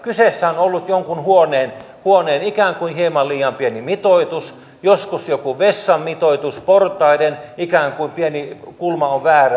kyseessä on ollut jonkin huoneen ikään kuin hieman liian pieni mitoitus joskus joku vessan mitoitus portaiden ikään kuin pieni kulma on väärä